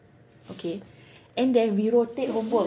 okay and then we rotate homework